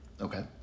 Okay